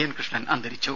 N Krishnan അന്തരിച്ചു